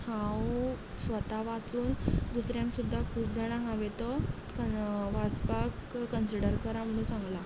हांव स्वता वाचून दुसऱ्यांक सुद्दां खूब जाणांक हांवें तो वाचपाक कनसिडर करा म्हूण सांगलां